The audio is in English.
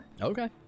Okay